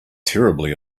terribly